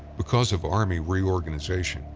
because of army reorganization,